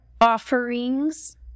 offerings